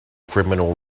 criminal